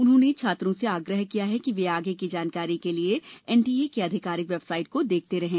उन्होंने छात्रों से आग्रह किया कि वे आगे की जानकारी के लिए एन टी ए की आधिकारिक वेबसाइट देखते रहें